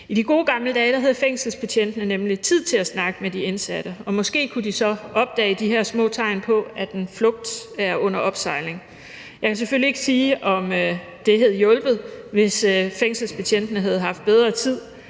I de gode gamle dage havde fængselsbetjentene nemlig tid til at snakke med de indsatte, og måske kunne de så opdage de her små tegn på, at en flugt er under opsejling. Jeg kan selvfølgelig ikke sige, at det havde hjulpet, hvis fængselsbetjentene havde haft bedre tid